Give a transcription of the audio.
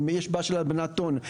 אם יש הלבנת הון.